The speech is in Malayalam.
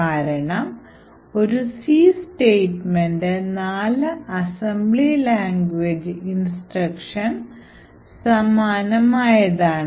കാരണം ഒരു C സ്റ്റേറ്റ്മെൻറ് നാല് അസംബ്ലി ലാംഗ്വേജ് ഇൻസ്ട്രക്ഷൻ സമാനമായതാണ് ആണ്